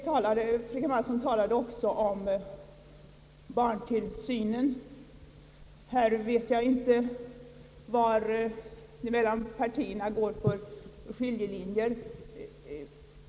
Fröken Mattson talade också om barntillsynen,. Jag vet inte var skiljelinjerna mellan partierna går i denna fråga.